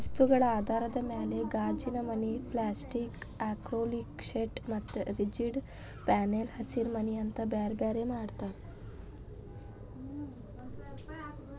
ವಸ್ತುಗಳ ಆಧಾರದ ಮ್ಯಾಲೆ ಗಾಜಿನಮನಿ, ಪ್ಲಾಸ್ಟಿಕ್ ಆಕ್ರಲಿಕ್ಶೇಟ್ ಮತ್ತ ರಿಜಿಡ್ ಪ್ಯಾನೆಲ್ ಹಸಿರಿಮನಿ ಅಂತ ಬ್ಯಾರ್ಬ್ಯಾರೇ ಮಾಡ್ತಾರ